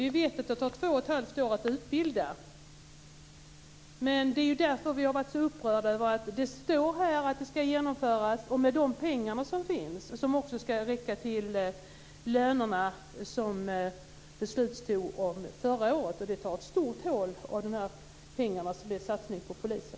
Vi vet att det tar två och ett halvt år att utbilda poliser. Det är därför vi har varit så upprörda. Det står i betänkandet att detta ska genomföras med de pengar som finns. De ska också räcka till de löner som det fattades beslut om förra året. Det gör ett stort hål i pengarna som utgör satsningen på polisen.